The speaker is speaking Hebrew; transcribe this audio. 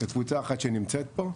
לקבוצה אחת שנמצאת פה,